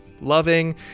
loving